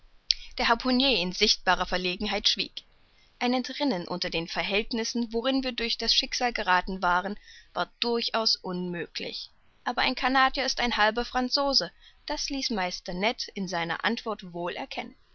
der harpunier in sichtbarer verlegenheit schwieg ein entrinnen unter den verhältnissen worin wir durch das schicksal gerathen waren war durchaus unmöglich aber ein canadier ist ein halber franzose das ließ meister ned in seiner antwort wohl